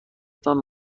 تان